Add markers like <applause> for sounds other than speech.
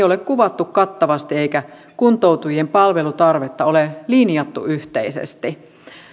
<unintelligible> ole kuvattu kattavasti eikä kuntoutujien palvelutarvetta ole linjattu yhteisesti